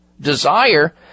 desire